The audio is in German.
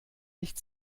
nicht